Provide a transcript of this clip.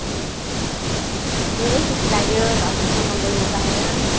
धेरै खुसी लाग्यो हजुरसँग बोल्नु पाएर